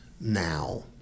now